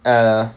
err